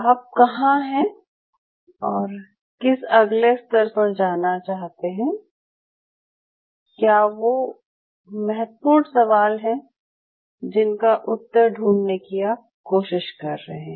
आप कहाँ हैं और किस अगले स्तर पर जाना चाहते हैं क्या वो महत्वपूर्ण सवाल हैं जिनका उत्तर ढूंढ़ने की आप कोशिश कर रहे हैं